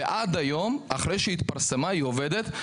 ועד היום אחרי שהיא התפרסמה היא עובדת.